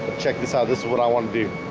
check this out. this is what i want to do.